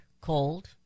cold